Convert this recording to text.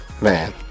man